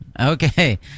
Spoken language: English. Okay